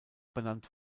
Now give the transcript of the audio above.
benannt